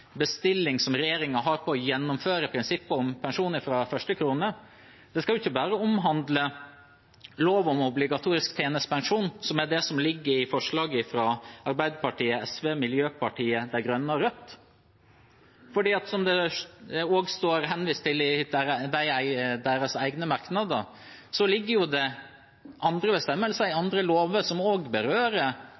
som regjeringen har på å gjennomføre prinsippet om pensjon fra første krone, ikke bare skal omhandle lov om obligatorisk tjenestepensjon, som er det som ligger i forslaget fra Arbeiderpartiet, SV, Miljøpartiet De Grønne og Rødt. For det ligger jo – som det også henvises til i deres egne merknader – andre bestemmelser i andre lover som også berører